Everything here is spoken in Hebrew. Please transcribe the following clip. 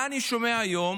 מה אני שומע היום,